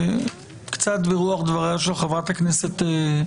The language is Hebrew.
קצת ברוח דבריה של חה"כ עטייה,